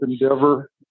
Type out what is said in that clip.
endeavor